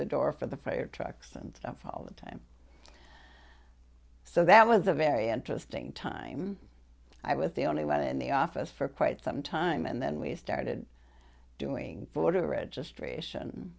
the door for the fire trucks and stuff all the time so that was a very interesting time i was the only one in the office for quite some time and then we started doing voter registration